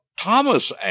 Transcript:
Thomas